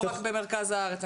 לא רק במרכז הארץ,